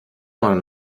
meinung